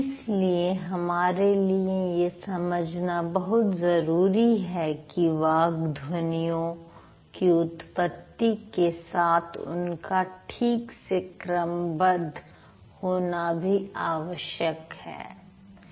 इसलिए हमारे लिए यह समझना बहुत जरूरी है कि वाक् ध्वनियों की उत्पत्ति के साथ उनका ठीक से क्रमबद्ध होना भी आवश्यक है